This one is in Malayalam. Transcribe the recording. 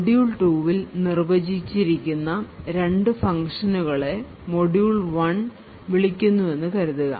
മൊഡ്യൂൾ 2 ൽ നിർവചിച്ചിരിക്കുന്ന രണ്ട് ഫംഗ്ഷനുകളെ മൊഡ്യൂൾ 1 വിളിക്കുന്നുവെന്ന് കരുതുക